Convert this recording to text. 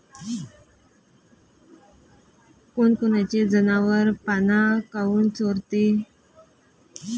कोनकोनचे जनावरं पाना काऊन चोरते?